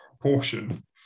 portion